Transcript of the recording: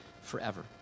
forever